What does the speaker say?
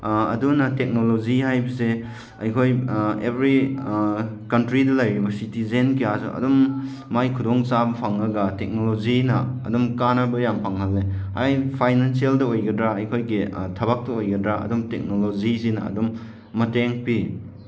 ꯑꯗꯨꯅ ꯇꯦꯛꯅꯣꯂꯣꯖꯤ ꯍꯥꯏꯕꯁꯦ ꯑꯩꯈꯣꯏ ꯑꯦꯚ꯭ꯔꯤ ꯀꯟꯇ꯭ꯔꯤꯗ ꯂꯩꯔꯤꯕ ꯁꯤꯇꯤꯖꯦꯟ ꯀꯌꯥꯁꯨ ꯑꯗꯨꯝ ꯃꯥꯏ ꯈꯨꯗꯣꯡ ꯆꯥꯕ ꯐꯪꯉꯥꯒ ꯇꯦꯛꯅꯣꯂꯣꯖꯤꯅ ꯑꯗꯨꯝ ꯀꯥꯟꯅꯕ ꯌꯥꯝ ꯐꯪꯍꯜꯂꯦ ꯍꯥꯏ ꯐꯥꯏꯅꯥꯟꯁꯤꯌꯦꯜꯗ ꯑꯣꯏꯒꯗ꯭ꯔꯥ ꯑꯩꯈꯣꯏꯒꯤ ꯊꯕꯛꯇ ꯑꯣꯏꯒꯗ꯭ꯔꯥ ꯑꯗꯨꯝ ꯇꯦꯛꯅꯣꯂꯣꯖꯤꯁꯤꯅ ꯑꯗꯨꯝ ꯃꯇꯦꯡ ꯄꯤ